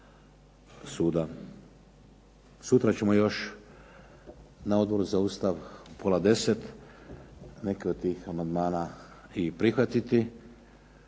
suda. Sutra ćemo još na Odboru za Ustav u pola 10 neke od tih amandmana i prihvatiti.